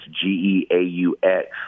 G-E-A-U-X